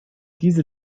diese